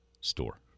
store